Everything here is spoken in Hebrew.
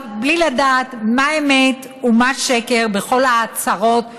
בלי לדעת מה אמת ומה שקר בכל ההצהרות ששמענו.